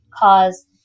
cause